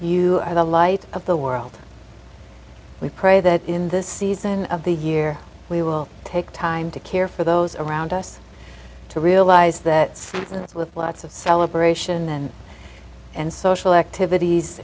you are the light of the world we pray that in this season of the year we will take time to care for those around us to realize that seasons with lots of celebration and social activities